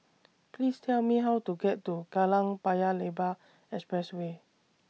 Please Tell Me How to get to Kallang Paya Lebar Expressway